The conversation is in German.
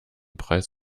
preis